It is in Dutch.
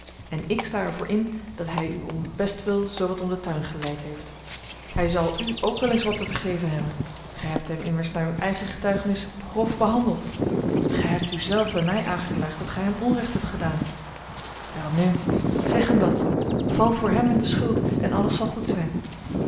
en ik sta er voor in dat hij u om bestwil zoo wat om den tuin geleid heeft hij zal u ook wel eens wat te vergeven hebben gij hebt hem immers naar uwe eigene getuigenis grof behandeld gij hebt u zelf bij mij aangeklaagd dat gij hem onrecht hebt gedaan welnu zeg hem dat val voor hem in de schuld en alles zal goed zijn